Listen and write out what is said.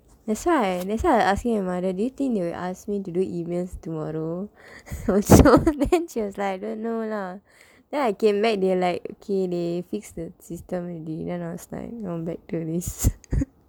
that's why that's why I asking your mother do you think they'll ask me to do emails tomorrow then she was like I don't know lah then I came back they like okay they fix the system already then I was like oh back to this